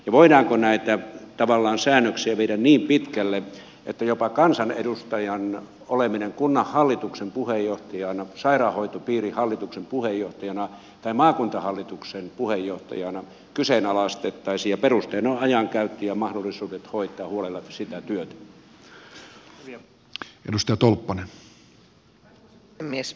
ja voidaanko näitä tavallaan säännöksiä viedä niin pitkälle että jopa kansanedustajan oleminen kunnanhallituksen puheenjohtajana sairaanhoitopiirin hallituksen puheenjohtajana tai maakuntahallituksen puheenjohtajana kyseenalaistettaisiin ja perusteena olisivat ajankäyttö ja mahdollisuudet hoitaa huo lella sitä työtä